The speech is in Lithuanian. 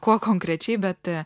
kuo konkrečiai bet